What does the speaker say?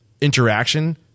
interaction